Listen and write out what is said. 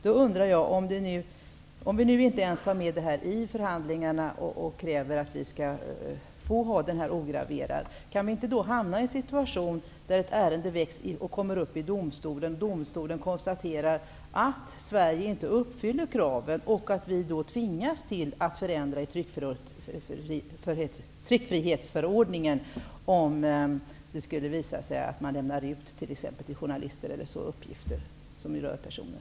Om vi inte ens tar med offentlighetsprincipen i förhandlingarna och kräver att få ha den ograverad, kan vi inte då hamna i en situation där ett ärende kommer upp i domstolen, domstolen konstaterar att Sverige inte uppfyller kraven, varpå vi tvingas att förändra i tryckfrihetsförordningen, om det skulle visa sig att uppgifter som rör personer lämnas ut t.ex. till journalister?